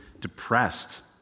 depressed